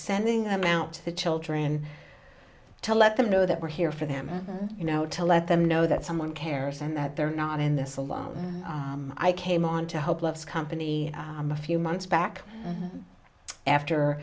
sending them out to the children to let them know that we're here for them you know to let them know that someone cares and that they're not in this alone i came on to hope loves company a few months back after